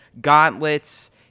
gauntlets